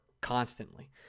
constantly